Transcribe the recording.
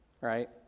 right